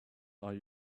are